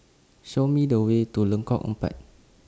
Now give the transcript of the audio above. Show Me The Way to Lengkok Empat